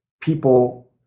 people